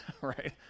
right